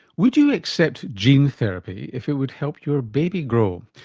would you accept gene therapy if it would help your baby grow?